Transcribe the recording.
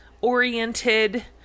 oriented